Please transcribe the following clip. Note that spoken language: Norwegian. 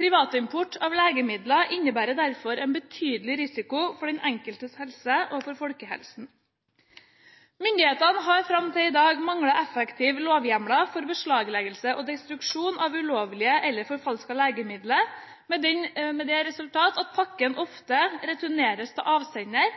Privatimport av legemidler innebærer derfor en betydelig risiko for den enkeltes helse og for folkehelsen. Myndighetene har fram til i dag manglet effektive lovhjemler for beslagleggelse og destruksjon av ulovlige eller forfalskede legemidler, med det resultat at pakken ofte returneres til avsender,